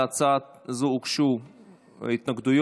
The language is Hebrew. להצעה זו הוגשו התנגדויות.